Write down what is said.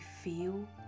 feel